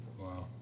Wow